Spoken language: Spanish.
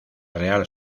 real